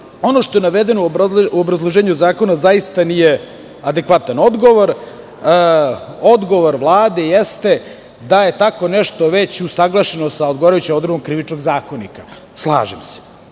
ono što je navedeno u obrazloženju zakona zaista nije adekvatan odgovor. Odgovor Vlade jeste da je tako nešto već usaglašeno sa odgovarajućom odredbom Krivičnog zakonika. Slažem se,